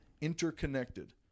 interconnected